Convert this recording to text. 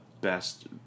best